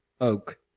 oak